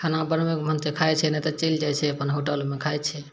खाना बनबै कऽ मन तऽ खाइत छै नहि तऽ चलि जाइत छै अपन होटलमे खाइत छै